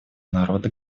народа